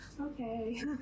okay